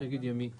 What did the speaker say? השירות הימי.